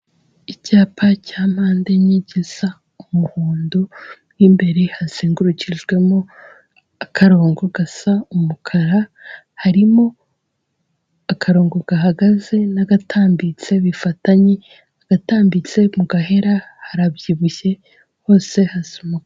Icyapa cya mpande enye gisa umuhondo, mo imbere hazengurukijwemo akarongo gasa umukara, harimo akarongo gahagaze n'agatambitse bifatanye; agatambitse mu gahera harabyibushye hose hasa umukara.